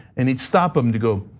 and it stopped them to go,